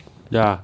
ya